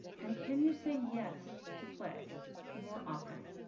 and can you say yes to play more often?